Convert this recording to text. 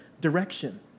direction